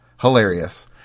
hilarious